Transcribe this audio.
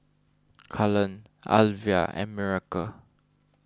Cullen Alvia and Miracle